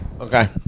Okay